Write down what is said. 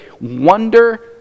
wonder